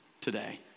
today